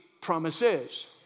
promises